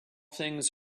things